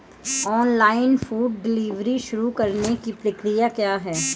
Online food delivery शुरू करने की प्रक्रिया क्या है?